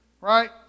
Right